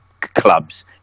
clubs